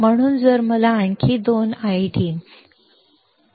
म्हणून जर मला आणखी 2 ID समजले 1 VGSVp